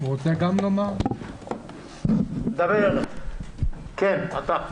נתי ביאליסטוק, בבקשה.